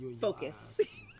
focus